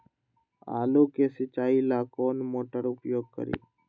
आलू के सिंचाई ला कौन मोटर उपयोग करी?